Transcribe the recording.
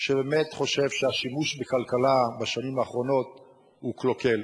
שחושב שהשימוש בכלכלה בשנים האחרונות הוא קלוקל.